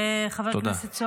חשבתי.